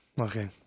Okay